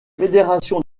fédération